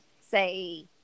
say